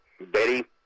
Betty